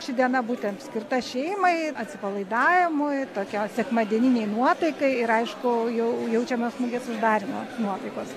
ši diena būtent skirta šeimai atsipalaidavimui tokio sekmadieninei nuotaikai ir aišku jau jaučiamas mugės uždarymo nuotaikos